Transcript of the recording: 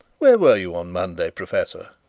where were you on monday, professor?